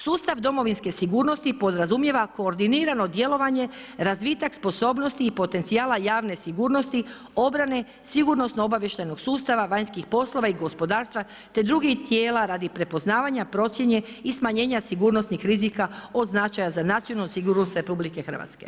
Sustav domovinske sigurnosti podrazumijeva koordinirano djelovanje, razvitak sposobnosti i potencijala javne sigurnosti, obrane sigurnosno-obavještajnog sustava, vanjskih poslova i gospodarstva, te drugih tijela radi prepoznavanja procjene i smanjenja sigurnosnih rizika od značaja za nacionalnu sigurnost RH.